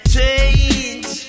Change